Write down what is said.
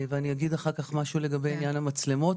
ואני אגיד אחר כך משהו לגבי עניין המצלמות